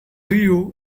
you